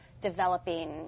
developing